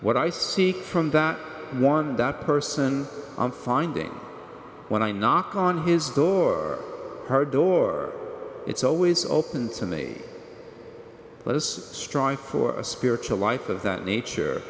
what i seek from that one that person i'm finding when i knock on his door her door it's always open to me this strife or a spiritual life of that nature